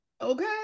Okay